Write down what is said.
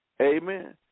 Amen